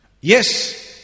Yes